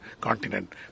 continent